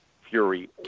Fury